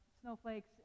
snowflakes